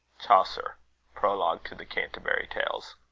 chaucer prologue to the canterbury tales.